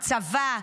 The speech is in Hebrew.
צבא,